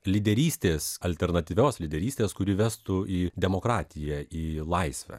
lyderystės alternatyvios lyderystės kuri vestų į demokratiją į laisvę